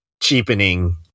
cheapening